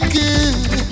good